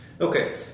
okay